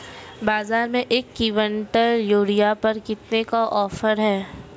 बाज़ार में एक किवंटल यूरिया पर कितने का ऑफ़र है?